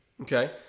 Okay